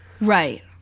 Right